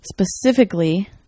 Specifically